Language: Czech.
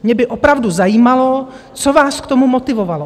Mě by opravdu zajímalo, co vás k tomu motivovalo.